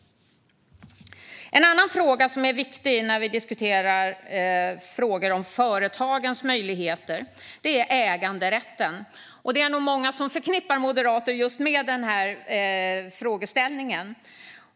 En annan fråga som är viktig när vi diskuterar företagens möjligheter är äganderätten. Det är nog många som förknippar moderater med den frågeställningen.